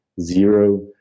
zero